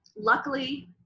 luckily